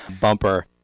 bumper